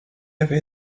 avait